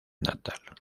natal